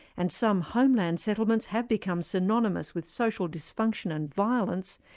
and some homeland settlements have become synonymous with social dysfunction and violence,